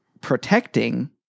protecting